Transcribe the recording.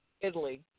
Italy